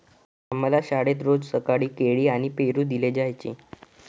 आम्हाला शाळेत रोज सकाळी केळी आणि पेरू दिले जायचे